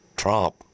Trump